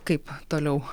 kaip toliau